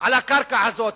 על הקרקע הזאת.